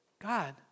god